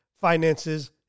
finances